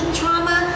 trauma